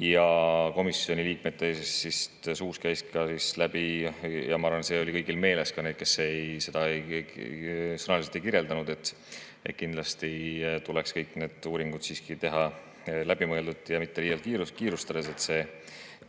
Ja komisjoni liikmete suust käis ka läbi – ma arvan, et see oli kõigil meeles, ka neil, kes seda sõnaliselt ei kirjeldanud –, et kindlasti tuleks kõik need uuringud siiski teha läbimõeldult ja mitte liialt kiirustades.